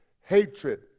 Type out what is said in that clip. hatred